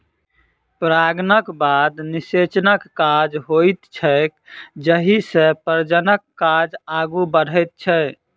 परागणक बाद निषेचनक काज होइत छैक जाहिसँ प्रजननक काज आगू बढ़ैत छै